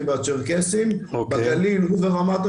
למי שלא